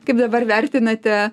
kaip dabar vertinate